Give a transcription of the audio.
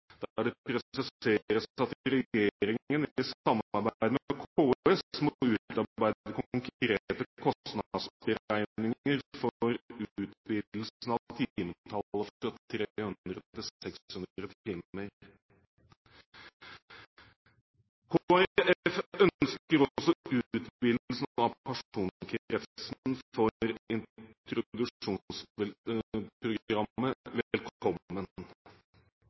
det presiseres at regjeringen i samarbeid med KS må «utarbeide konkrete kostnadsberegninger for utvidelsen av timetallet fra 300 til 600 timer». Kristelig Folkeparti ønsker også utvidelsen av personkretsen for introduksjonsprogrammet velkommen.